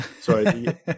Sorry